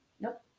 Nope